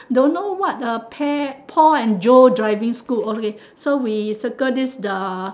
don't know what uh pear paul and joe driving school okay so we circle this the